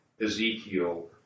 Ezekiel